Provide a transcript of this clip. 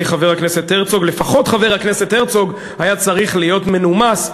חבר הכנסת הרצוג לפחות חבר הכנסת הרצוג היה צריך להיות מנומס,